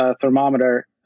thermometer